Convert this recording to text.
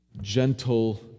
gentle